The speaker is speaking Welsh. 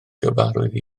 gyfarwydd